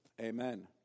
amen